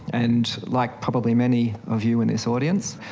and like probably many of you in this audience,